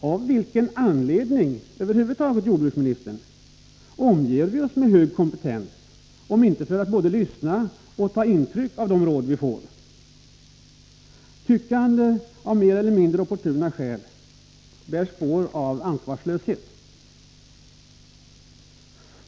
Av vilken anledning, jordbruksministern, omger vi oss över huvud taget med hög kompetens, om inte för att både lyssna till och ta intryck av de råd vi får. Tyckande av mer eller mindre opportuna skäl bär spår av ansvarslöshet.